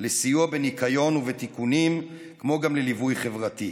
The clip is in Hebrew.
לסיוע בניקיון ובתיקונים, כמו גם לליווי חברתי".